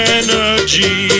energy